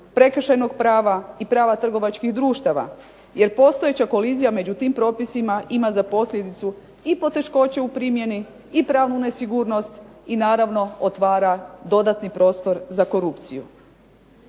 prekršajnog prava i prava trgovačkih društva, jer postojeća kolizija među tim propisima ima za posljedicu i poteškoće u primjeni i pravnu nesigurnost i naravno otvara dodatni prostor za korupciju.